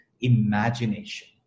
imagination